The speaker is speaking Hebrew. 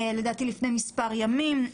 לדעתי לפני מספר ימים,